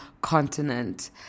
continent